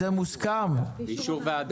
באישור ועדה.